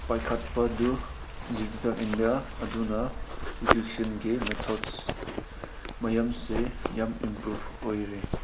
ꯄꯥꯏꯈꯠꯄꯗꯨ digital India ꯑꯗꯨꯅ ꯏꯗꯨꯀꯦꯁꯟꯒꯤ methods ꯃꯌꯥꯝꯁꯦ ꯌꯥꯝ ꯏꯝꯄ꯭ꯔꯨꯐ ꯑꯣꯏꯔꯦ